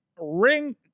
ring